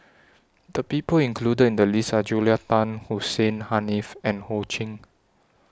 The People included in The list Are Julia Tan Hussein Haniff and Ho Ching